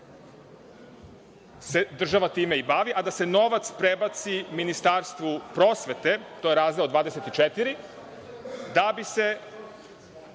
se država time i bavi, a da se novac prebaci Ministarstvu prosvete, to je Razdeo 24, da bi se